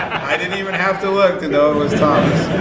i didn't even have to look to know it was thomas!